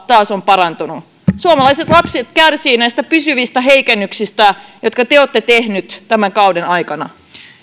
taas on parantunut suomalaiset lapset kärsivät näistä pysyvistä heikennyksistä jotka te olette tehneet tämän kauden aikana